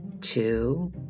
two